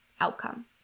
outcome